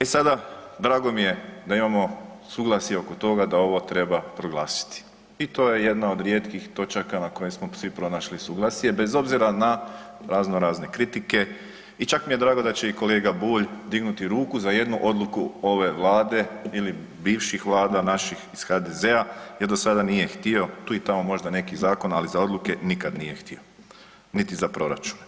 E sada drago mi je da imamo suglasje oko toga da ovo treba proglasiti i to je jedna od rijetkih točaka na koje smo svi pronašli suglasje bez obzira na raznorazne kritike i čak mi je drago da će i kolega Bulj dignuti ruku za jednu odluku ove Vlade ili bivših vlada naših iz HDZ-a jer do sada nije htio, tu i tamo možda neki zakon, ali za odluke nikad nije htio niti za proračun.